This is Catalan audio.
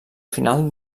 final